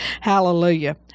Hallelujah